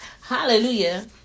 Hallelujah